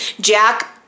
Jack